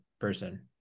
person